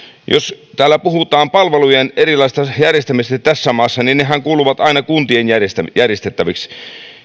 täällä puhutaan palvelujen erilaisesta järjestämisestä tässä maassa nehän kuuluvat aina kuntien järjestettäviksi